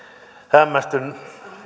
hämmästyn